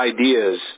ideas